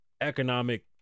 economic